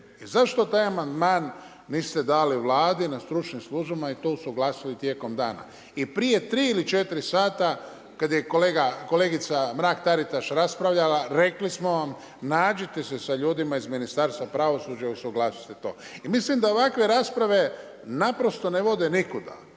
zašto taj amandman niste dali Vladi na stručnim službama i to usuglasili tijekom dana? I prije 3 ili 4 sata kada je kolegica Mrak-Taritaš raspravljala rekli smo vam nađite se sa ljudima iz Ministarstva pravosuđa i usuglasite to. I mislim da ovakve rasprave naprosto ne vode nikuda.